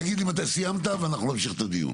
תגיד לי מתי סיימת ואנחנו נמשיך את הדיון.